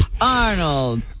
Arnold